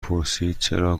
پرسیدچرا